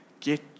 Get